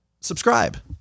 subscribe